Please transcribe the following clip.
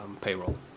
payroll